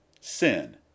Sin